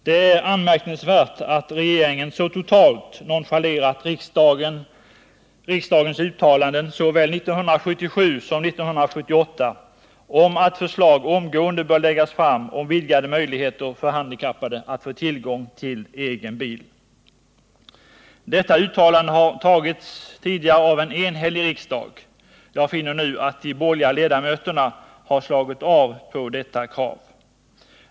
Det är anmärkningsvärt att regeringen så totalt nonchalerat riksdagens uttalanden såväl 1977 som 1978 om att förslag omgående bör läggas fram om vidgade möjligheter för handikappade att få tillgång till egen bil. Dessa uttalanden har antagits tidigare av en enhällig riksdag. Nu finner jag att de borgerliga ledamöterna har slagit av på detta krav.